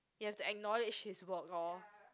you have to acknowledge his work lor